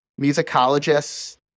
Musicologists